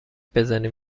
بزنیم